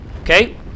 Okay